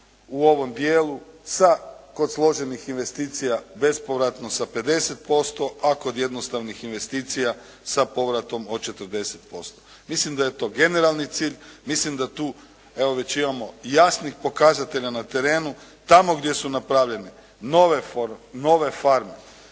u ovom dijelu sa kod složenih investicija bespovratno sa 50%, a kod jednostavnih investicija sa povratom od 40%. Mislim da je to generalni cilj, mislim da tu evo već imamo jasnih pokazatelja na terenu. Tamo gdje su napravljene nove farme,